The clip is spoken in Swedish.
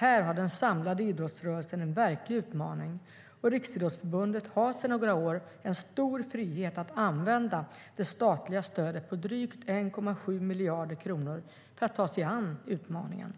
Här har den samlade idrottsrörelsen en verklig utmaning, och Riksidrottsförbundet har sedan några år stor frihet att använda det statliga stödet på drygt 1,7 miljarder kronor för att ta sig an utmaningen.